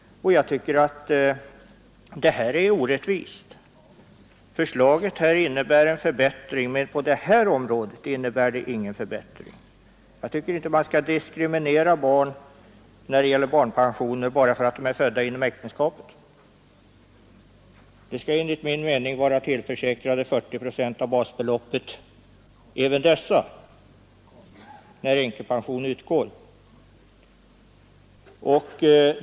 Jag tycker detta är orättvist. Förslaget innebär i många avseenden en förbättring, men på detta område innebär det inte någon förbättring. Jag tycker inte att man skall diskriminera barn när det gäller barnpensionen bara därför att de är födda inom äktenskapet. De skall enligt min mening vara tillförsäkrade 40 procent av basbeloppet även i sådana fall då änkepension utgår.